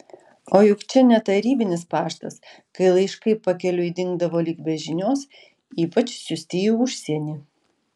o juk čia ne tarybinis paštas kai laiškai pakeliui dingdavo lyg be žinios ypač siųsti į užsienį